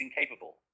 incapable